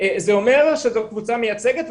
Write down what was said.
זה אומר שזאת קבוצה מייצגת,